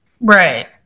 Right